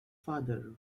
father